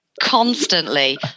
constantly